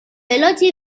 veloci